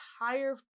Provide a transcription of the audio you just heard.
entire